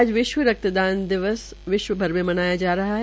आज विश्व रक्त दान दिवस विश्वभर में मनाया गया है